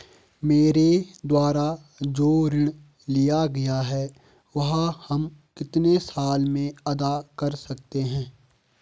मेरे द्वारा जो ऋण लिया गया है वह हम कितने साल में अदा कर सकते हैं?